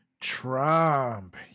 Trump